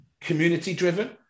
community-driven